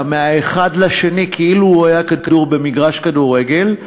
מהאחד לשני כאילו הייתה כדור במגרש כדורגל.